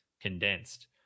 condensed